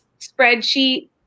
spreadsheet